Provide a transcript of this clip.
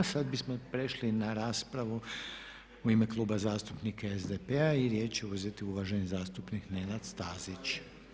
Sad bismo prešli na raspravu u ime Kluba zastupnika SDP-a i riječ će uzeti uvaženi zastupnik Nenad Stazić.